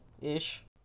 Ish